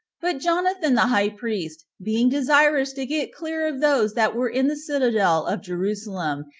but jonathan the high priest, being desirous to get clear of those that were in the citadel of jerusalem,